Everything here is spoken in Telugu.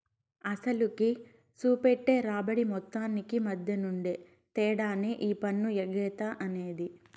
అసలుకి, సూపెట్టే రాబడి మొత్తానికి మద్దెనుండే తేడానే ఈ పన్ను ఎగేత అనేది